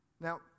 Now